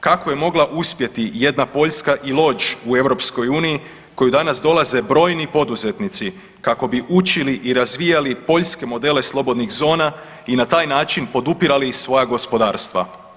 Kako je mogla uspjeti jedna Poljska i Lodz u EU u koju danas dolaze brojni poduzetnici kako bi učili i razvijali poljske modele slobodnih zona i na taj način podupirali i svoja gospodarstva.